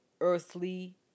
earthly